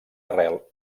arrel